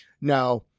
Now